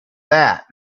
that